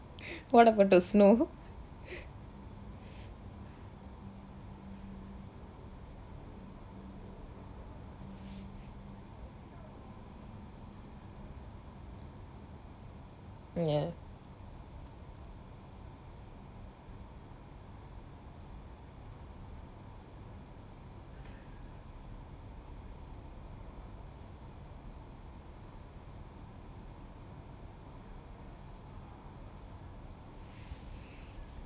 what about the snow ya